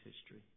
history